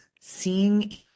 seeing